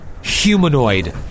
Humanoid